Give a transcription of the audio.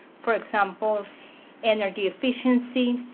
for example, energy efficiency.